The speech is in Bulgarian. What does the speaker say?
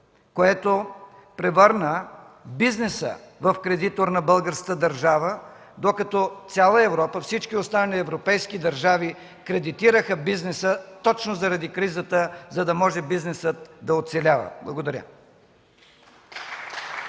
което превърна бизнеса в кредитор на българската държава, докато цяла Европа, всички останали европейски държави кредитираха бизнеса точно заради кризата, за да може той да оцелява. Благодаря.